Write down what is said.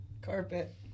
Carpet